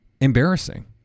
embarrassing